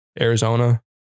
Arizona